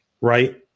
right